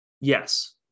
Yes